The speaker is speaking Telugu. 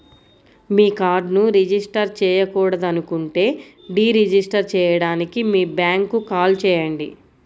మీ కార్డ్ను రిజిస్టర్ చేయకూడదనుకుంటే డీ రిజిస్టర్ చేయడానికి మీ బ్యాంక్కు కాల్ చేయండి